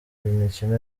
imikino